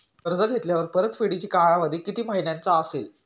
कर्ज घेतल्यावर परतफेडीचा कालावधी किती महिन्यांचा असेल?